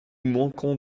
manquons